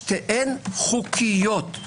שתיהן חוקיות.